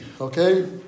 okay